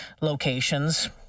locations